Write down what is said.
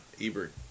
Ebert